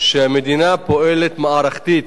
שהמדינה פועלת מערכתית